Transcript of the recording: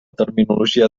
terminologia